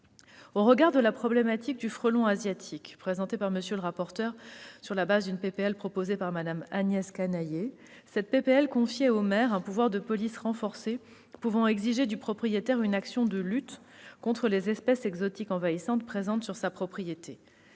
a présenté la problématique du frelon asiatique sur la base d'une proposition de loi proposée par Mme Agnès Canayer. Ce texte confiait au maire un pouvoir de police renforcé pouvant exiger du propriétaire une action de lutte contre les espèces exotiques envahissantes présentes sur sa propriété.